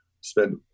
spend